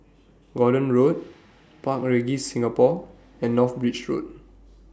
Gordon Road Park Regis Singapore and North Bridge Road